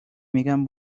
میگن